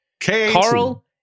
Carl